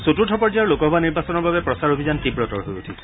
চতুৰ্থ পৰ্যায়ৰ লোকসভা নিৰ্বাচনৰ বাবে প্ৰচাৰ অভিযান তীৱতৰ হৈ উঠিছে